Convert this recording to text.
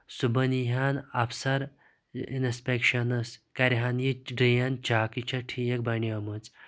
صُبحَن یی ہَن اَفسر اِنسپیٚکشنَس کَرہن یہِ ڈریٖن چیٚک یہِ چھا ٹھیک بَنیمٕژ